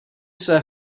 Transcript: své